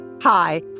Hi